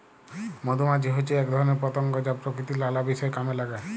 মধুমাছি হচ্যে এক ধরণের পতঙ্গ যা প্রকৃতির লালা বিষয় কামে লাগে